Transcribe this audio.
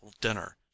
dinner